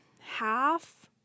half